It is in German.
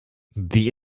sie